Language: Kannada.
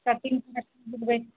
ಕಟಿಂಗ್ ಫಸ್ಟ್ ಇರ್ಬೇಕು